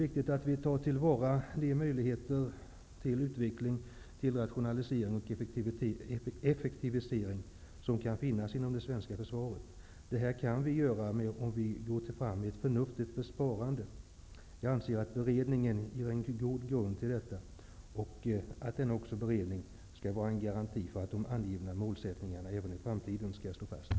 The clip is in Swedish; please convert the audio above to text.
Vi måste ta till vara de möjligheter till utveckling, rationalisering och effektivisering som finns inom det svenska försvaret. Det kan åstadkommas med ett förnuftigt sparande. Jag anser att beredningen utgör en god grund för detta. Den skall vara en garanti för att de angivna målsättningarna skall ligga fast även i framtiden.